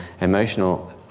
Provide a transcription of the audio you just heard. emotional